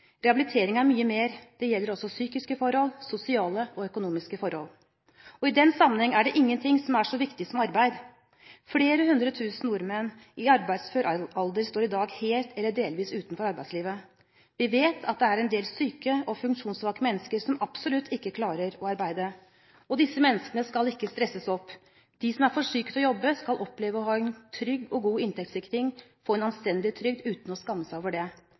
Rehabilitering er mye mer. Det gjelder også psykiske, sosiale og økonomiske forhold. I den sammenhengen er det ingen ting som er så viktig som arbeid. Flere hundre tusen nordmenn i arbeidsfør alder står i dag helt eller delvis utenfor arbeidslivet. Vi vet at det er en del syke og funksjonssvake mennesker som absolutt ikke klarer å arbeide, og disse menneskene skal ikke stresses opp. De som er for syke til å jobbe, skal oppleve å ha en trygg og god inntektssikring og få en anstendig trygd uten å skamme seg over det.